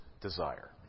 desire